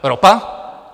Ropa.